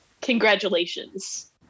Congratulations